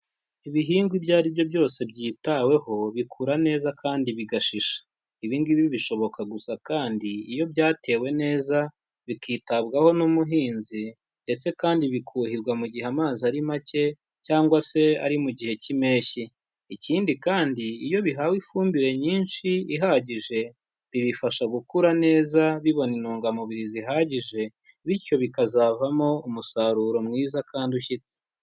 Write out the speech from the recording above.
Ibihingwa ibyo ari byo byose byitaweho bikura neza kandi bigashisha. Ibi ngibi bishoboka gusa kandi iyo byatewe neza bikitabwaho n'umuhinzi ndetse kandi bikuhirwa mu gihe amazi ari make cyangwa se ari mu gihe cy'impeshyi. Ikindi kandi iyo bihawe ifumbire nyinshi ihagije bibifasha gukura neza bibona intungamubiri zihagije, bityo bikazavamo umusaruro mwiza kandi ushyitse.